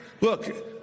Look